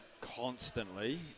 constantly